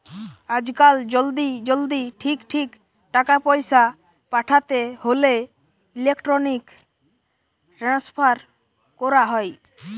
আজকাল জলদি জলদি ঠিক ঠিক টাকা পয়সা পাঠাতে হোলে ইলেক্ট্রনিক ট্রান্সফার কোরা হয়